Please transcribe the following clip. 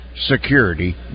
security